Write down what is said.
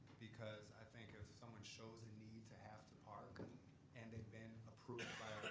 because i think as someone shows a need to have to park and have been approved by